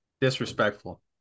Disrespectful